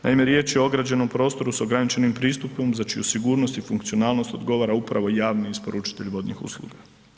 Naime, riječ je o ograđenom prostoru s ograničenim pristupom za čiju sigurnost i funkcionalnost odgovara upravo javni isporučitelj vodnih usluga.